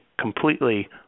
completely